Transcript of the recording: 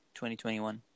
2021